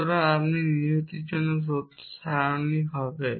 সুতরাং এটি নিহিতের জন্য সত্য সারণী হবে